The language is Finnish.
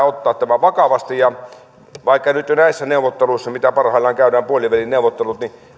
ottaa tämä vakavasti ja vaikka nyt jo näissä neuvotteluissa mitä parhaillaan käydään puolivälineuvotteluissa